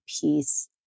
peace